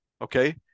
okay